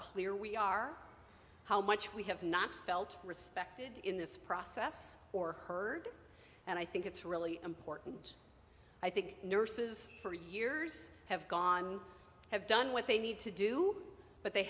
clear we are how much we have not felt respected in this process or heard and i think it's really important i think nurses for years have gone have done what they need to do but they